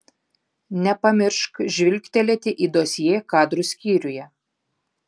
nepamiršk žvilgtelėti į dosjė kadrų skyriuje